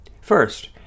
First